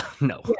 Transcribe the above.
no